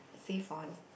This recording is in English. save on